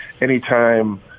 anytime